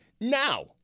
Now